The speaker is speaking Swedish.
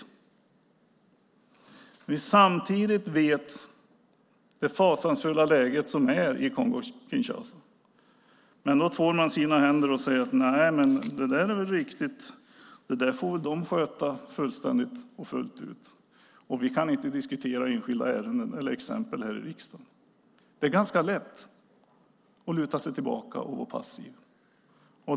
Samtidigt känner vi till det fasansfulla läget i Kongo-Kinshasa. Men man tvår sina händer och säger: Det där är väl riktigt. Det där får väl de sköta självständigt och fullt ut. Vi kan inte diskutera enskilda ärenden eller exempel här i riksdagen. Det är ganska lätt att luta sig tillbaka och att vara passiv.